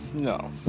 no